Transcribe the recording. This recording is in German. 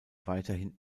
weiterhin